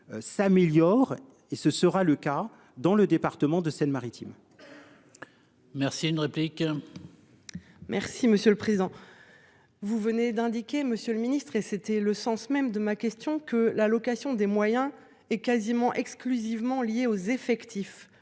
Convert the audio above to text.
s'améliore et ce sera le cas dans le département de Seine-Maritime. Merci. Une réplique. Merci monsieur le président. Vous venez d'indiquer Monsieur le ministre, et c'était le sens même de ma question, que l'allocation des moyens et quasiment exclusivement liées aux effectifs.